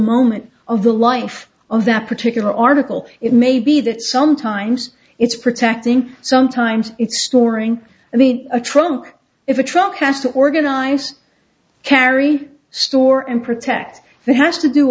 moment of the life of that particular article it may be that sometimes it's protecting sometimes it's storing i mean a trunk if a truck has to organize carry store and protect that has to do